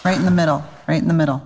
right in the middle right in the middle